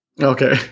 Okay